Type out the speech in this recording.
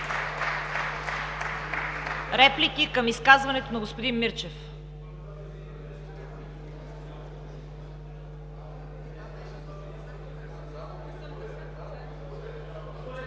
Реплики към изказването на господин Мирчев?